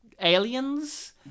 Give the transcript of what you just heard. aliens